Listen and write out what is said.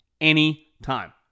anytime